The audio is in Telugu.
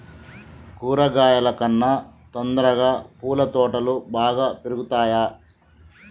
కూరగాయల కన్నా తొందరగా పూల తోటలు బాగా పెరుగుతయా?